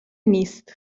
نیست